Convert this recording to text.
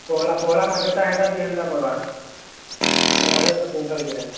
ପୋହଲା ପୋହଳା ମାଛଟା ହେଟା ବି ହେନ୍ତା ପଡ଼୍ବା ହେ ଅଢ଼େଶହ ତିନଶହ ଭିତରେ